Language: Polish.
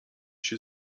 się